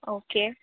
okay